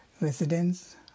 Residents